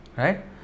Right